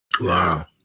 Wow